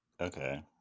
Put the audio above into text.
Okay